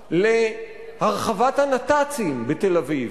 הבאה להרחבת הנת"צים בתל-אביב,